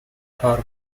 are